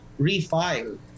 refile